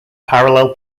parallel